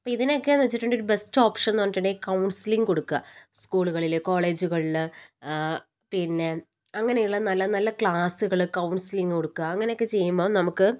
ഇപ്പം ഇതിനൊക്കെന്ന് വച്ചിട്ടുണ്ടെൽ ഒരു ബെസ്റ്റ് ഓപ്ഷൻന്ന് പറഞ്ഞിട്ടുണ്ടെൽ കൗൺസിലിംഗ് കൊടുക്കുക സ്കൂളുകളില് കോളേജുകളില് പിന്നെ അങ്ങനെയുള്ള നല്ല നല്ല ക്ലാസുകള് കൗൺസിലിംഗ് കൊടുക്കുക അങ്ങനെയൊക്കെ ചെയ്യുമ്പം നമുക്ക്